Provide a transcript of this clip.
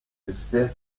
j’espère